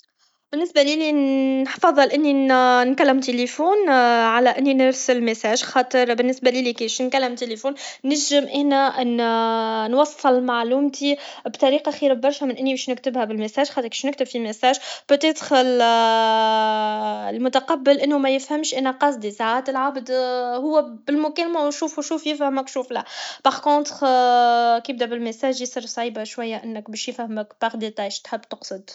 ا بالنسبه لي نفضل اني نكلم تلفون على اني نرسل ميساج خاطر بالنسبه الي كيباش نكلم تلفون نجم انا نوصل معلومتي بطريقه خير ييرشه من اني باش نكتيها بالمساج خاطر كي باش نكتي فالميساج بوتاتخ المتقبل انو ميفهمش انا قصدي ساعات لعبد هو بالمكالمه و شوف وشوف يفهم المكشوف ولا باغ كونطخ كي يبدا بالميصاج ياسر صعسيه شويه انك باش يفهمك انت ايش تحب تقصد